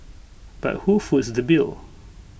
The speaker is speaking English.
but who foots the bill